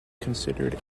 considered